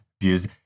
views